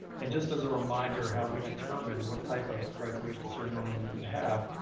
and just as a reminder, how we determined what type of graduation ceremony we would have.